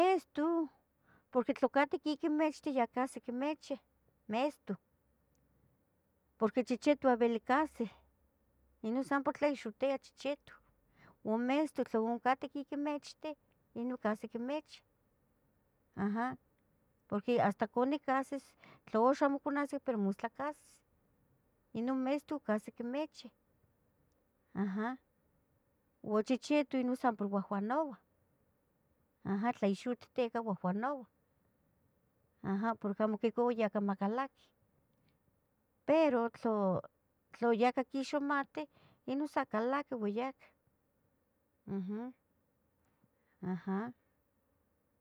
Mestu, porque tla catqui quiquimichi yeh cahsi quimichih mestu, porque chichitu amo bili cahsi ino san por tlaixohtia chichitu, ua mestu tla catqui quiquimichti, ino cahsi quimichih, aha, porqui hasta cuali cahsis, tla uxa amo conahsi pero mostla cahsis, ino mestu cahsi quimechih, aha, ua chichitu non san por guahguanouah aha tlaixohtiteca guahguanouah aha porqui amo quicaui macalaqui, pero tlu tla yacah quixmati ino sa calaqui ua yacah, uhm, aha.